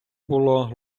було